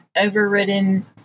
overridden